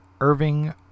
irving